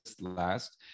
last